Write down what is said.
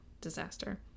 disaster